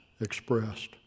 expressed